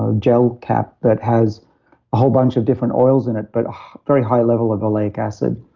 ah gel cap, that has a whole bunch of different oils in it, but a very high level of oleic acid.